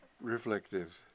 reflective